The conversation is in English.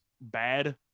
bad